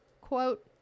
Quote